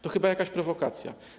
To chyba jakaś prowokacja.